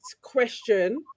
question